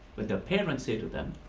but their parents say to them,